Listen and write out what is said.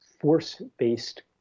force-based